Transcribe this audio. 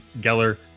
Geller